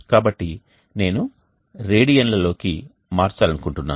కాబట్టి నేను రేడియన్లలోకి మార్చాలనుకుంటున్నాను